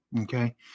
Okay